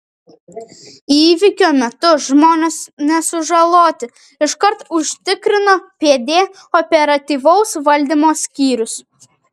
įvykio metu žmonės nesužaloti iškart užtikrino pd operatyvaus valdymo skyrius